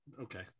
okay